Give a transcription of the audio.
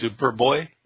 Superboy